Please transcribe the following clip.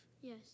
Yes